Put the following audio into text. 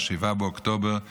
7 באוקטובר 2023,